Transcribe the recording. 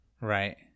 Right